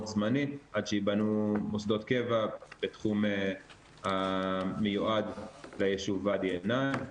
זמני עד שייבנו מוסדות קבע בתחום המיועד ליישוב ואדי אל נעם.